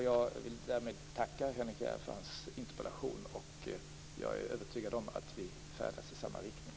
Jag vill därmed tacka Henrik S Järrel för hans interpellation, och jag är övertygad om att vi färdas i samma riktning här.